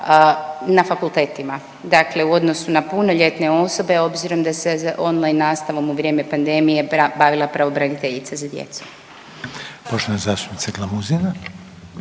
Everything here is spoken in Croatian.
na fakultetima, dakle u odnosu na punoljetne osobe, obzirom da se online nastavom i vrijeme pandemije bavila pravobraniteljica za djecu.